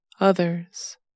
others